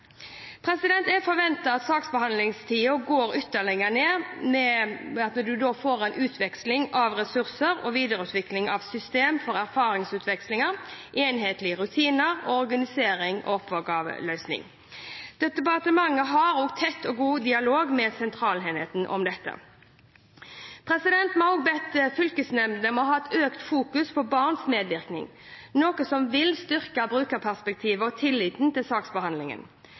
Jeg forventer at saksbehandlingstida går ytterligere ned ved utveksling av ressurser og videreutvikling av system for erfaringsutveksling, enhetlige rutiner, organisering og oppgaveløsning. Departementet har tett og god dialog med Sentralenheten om dette. Vi har også bedt fylkesnemndene om å ha økt fokusering på barns medvirkning, noe som vil styrke brukerperspektivet og tilliten til saksbehandlingen.